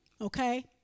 Okay